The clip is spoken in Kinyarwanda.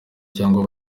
cyangwa